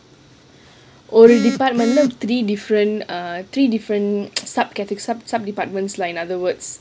ஒரு:oru department ல:la three different err three different sub departments lah in other words